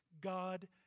God